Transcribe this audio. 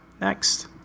Next